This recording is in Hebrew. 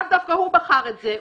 למה לי לכתוב פה הרי מה יקרה?